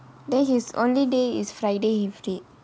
then his only day is friday evening